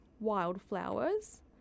Wildflowers